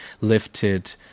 lifted